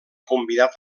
convidat